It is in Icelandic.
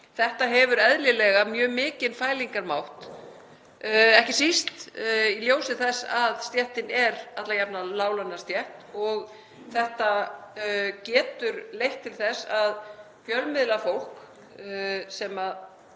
Þetta hefur eðlilega mikinn fælingarmátt, ekki síst í ljósi þess að stéttin er alla jafna láglaunastétt. Þetta getur leitt til þess að fjölmiðlafólk, sem á